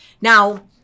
Now